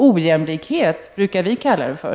Ojämlikhet brukar vi kalla det för.